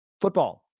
Football